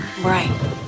right